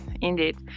indeed